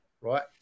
right